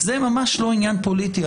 זה ממש לא עניין פוליטי,